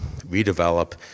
redevelop